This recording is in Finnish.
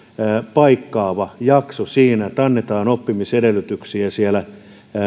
paikkaava jakso siinä että annetaan oppimisedellytyksiä siellä